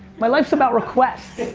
my life so about requests.